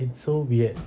it's so weird